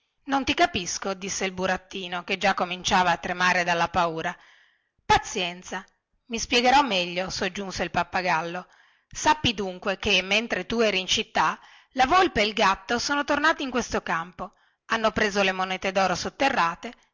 non ti capisco disse il burattino che già cominciava a tremare dalla paura azienza i spiegherò meglio soggiunse il pappagallo sappi dunque che mentre tu eri in città la volpe e il gatto sono tornati in questo campo hanno preso le monete doro sotterrate